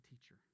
teacher